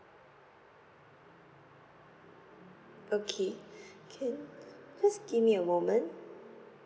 okay can just give me a moment